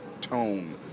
tone